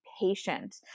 patient